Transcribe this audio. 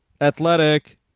Athletic